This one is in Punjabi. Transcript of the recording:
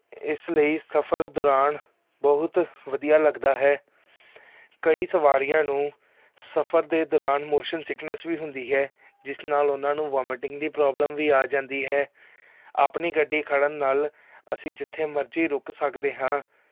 ਇਸ ਲਈ ਸਫਰ ਦੌਰਾਨ ਬਹੁਤ ਵਧੀਆ ਲੱਗਦਾ ਹੈ ਕਈ ਸਵਾਰੀਆਂ ਨੂੰ ਸਫਰ ਦੇ ਦੌਰਾਨ ਮੋਸ਼ਨ ਸਿਕਨੈਸ ਵੀ ਹੁੰਦੀ ਹੈ ਜਿਸ ਨਾਲ ਉਹਨਾਂ ਨੂੰ ਵੋਮਿਟਿੰਗ ਦੀ ਪ੍ਰੋਬਲਮ ਵੀ ਆ ਜਾਂਦੀ ਹੈ ਆਪਣੀ ਗੱਡੀ ਖੜ੍ਹਨ ਨਾਲ ਅਸੀਂ ਜਿੱਥੇ ਮਰਜ਼ੀ ਰੁਕ ਸਕਦੇ ਹਾਂ